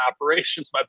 operations